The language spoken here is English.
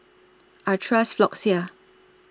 I Trust Floxia